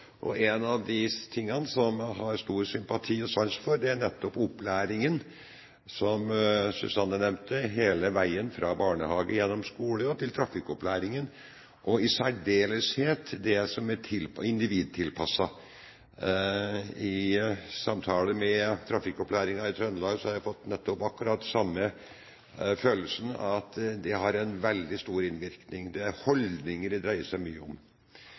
nullvisjonen. En av de tingene som jeg har stor sympati og sans for, er nettopp opplæringen, som Susanne Bratli nevnte – hele veien fra barnehage, gjennom skole og til trafikkopplæringen, og i særdeleshet det som er individtilpasset. I samtale med trafikkopplæringen i Trøndelag har jeg fått akkurat den samme følelsen av at dét har en veldig stor innvirkning; det dreier seg mye om